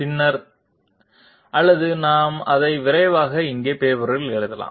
பின்னர் அல்லது நாம் அதை விரைவாக இங்கே பேப்பரில் எழுதலாம்